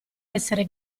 essere